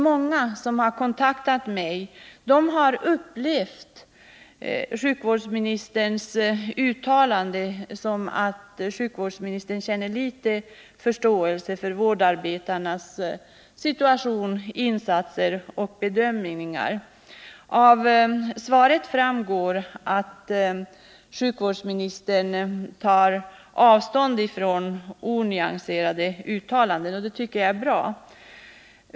Många har kontaktat mig, och de har uppfattat detta uttalande på det sättet att sjukvårdsministern har ringa förståelse för vårdarbetarnas situation, insatser och bedömningar. Av svaret framgår att sjukvårdsministern tar avstånd från onyanserade uttalanden, och det tycker jag är bra.